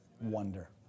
Wonder